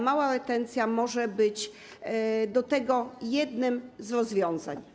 Mała retencja może być tutaj jednym z rozwiązań.